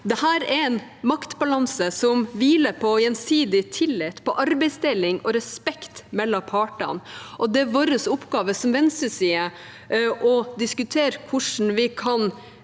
Dette er en maktbalanse som hviler på gjensidig tillit, på arbeidsdeling og respekt mellom partene, og det er vår oppgave som venstreside å diskutere hvordan vi kan